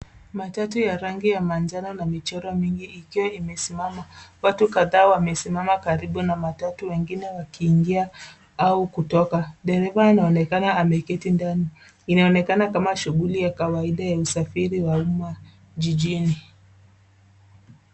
Matatu ya rangi ya manjano na michoro mingi ikiwa imesimama. Watu kadhaa wamesimama karibu na matatu, wengine wakiingia au kutoka. Dereva anaonekana ameketi ndani. Inaonekana kama shughuli ya kawaida ya usafiri wa umma jijini.